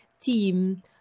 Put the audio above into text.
team